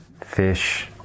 fish